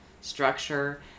structure